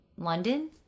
london